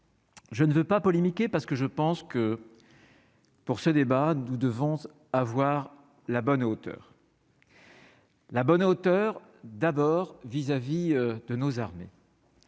Je ne veux pas polémiquer parce que je pense que pour ce débat, nous devons avoir la bonne hauteur. La bonne hauteur d'abord vis-à-vis de nos armées